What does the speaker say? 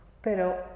Pero